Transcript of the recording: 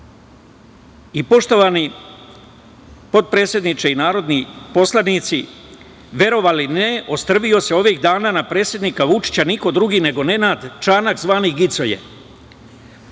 čini. Poštovani potpredsedniče i narodni poslanici, verovali ili ne, ostrvio se ovih dana na predsednika Vučića niko drugi nego Nenad Čanak, zvani "Gicoje".